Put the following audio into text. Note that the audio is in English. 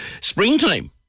springtime